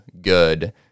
good